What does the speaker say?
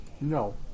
No